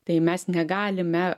tai mes negalime